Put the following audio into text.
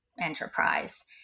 enterprise